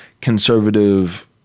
conservative